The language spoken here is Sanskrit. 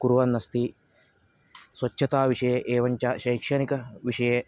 कुर्वन्नस्ति स्वच्छताविषये एवञ्च शैक्षणिकविषये